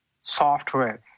software